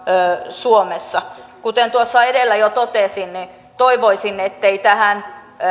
suomessa kuten tuossa edellä jo totesin niin toivoisin ettei tähän